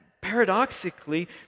paradoxically